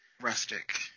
rustic